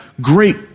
great